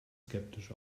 skeptisch